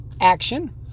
action